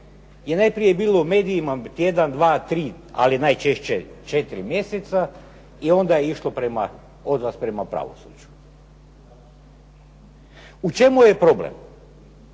je najprije bilo u medijima tjedan, dva, tri, ali najčešće 4 mjeseca i onda je išlo od vas prema pravosuđu. U čemu je problem?